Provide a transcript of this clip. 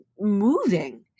moving